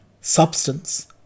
substance